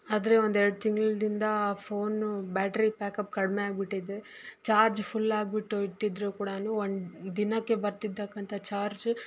ಆದರೆ ಒಂದು ಎರಡು ತಿಂಗ್ಳಿಂದ ಫೋನ್ ಬ್ಯಾಟ್ರಿ ಬ್ಯಾಕಪ್ ಕಡಿಮೆ ಆಗಿಬಿಟ್ಟಿದೆ ಚಾರ್ಜ್ ಫುಲ್ ಆಗಿಬಿಟ್ಟು ಇಟ್ಟಿದ್ರೂ ಕೂಡ ಒಂದು ದಿನಕ್ಕೆ ಬರ್ತಿದಕ್ಕಂತ ಚಾರ್ಜ